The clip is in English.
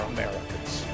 Americans